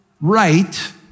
right